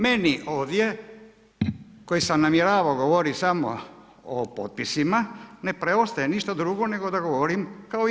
Meni ovdje koji sam namjeravao govoriti samo o potpisima ne preostaje ništa drugo nego da govorim kao i vi.